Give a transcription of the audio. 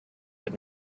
had